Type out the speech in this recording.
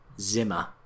Zimmer